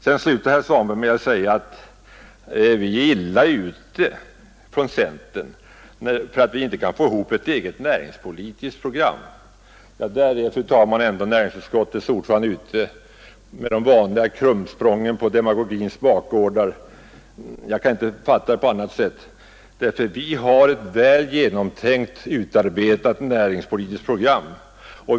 Herr Svanberg sade avslutningsvis att vi i centern är illa ute därför att vi inte kan åstadkomma ett eget näringspolitiskt program. I detta sammanhang är väl ändå näringsutskottets ordförande ute med de vanliga krumsprången på demagogins bakgårdar. Jag kan inte fatta uttalandet på annat sätt. Vi har nämligen ett väl utarbetat näringspolitiskt program.